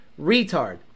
retard